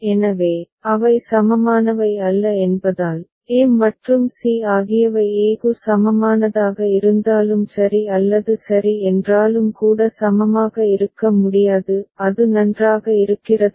எனவே அவை சமமானவை அல்ல என்பதால் a மற்றும் c ஆகியவை e க்கு சமமானதாக இருந்தாலும் சரி அல்லது சரி என்றாலும் கூட சமமாக இருக்க முடியாது அது நன்றாக இருக்கிறதா